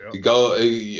go